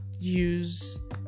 use